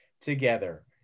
together